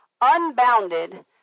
unbounded